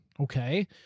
Okay